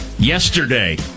Yesterday